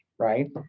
Right